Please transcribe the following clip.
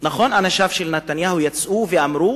נכון שאנשיו של נתניהו יצאו ואמרו